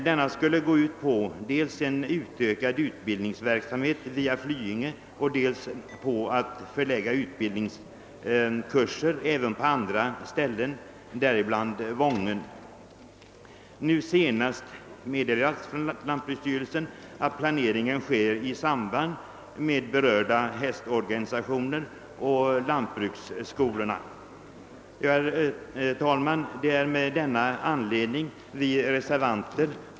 Denna skulle gå ut dels på en ökad utbildningsverksamhet vid Flyinge, dels på att förlägga utbildningskurser även till andra ställen, däribland Vången. I sitt senaste yttrande meddelar lantbruksstyrelsen att planeringen sker i samarbete med hästorganisationer och lantbruksskolor.